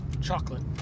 chocolate